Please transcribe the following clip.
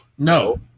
No